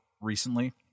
recently